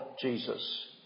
Jesus